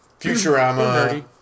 Futurama